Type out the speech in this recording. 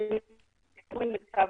הנתונים.